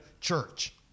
church